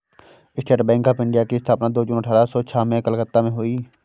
state Bank of India की स्थापना दो जून अठारह सो छह में कलकत्ता में हुई